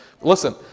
Listen